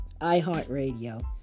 iHeartRadio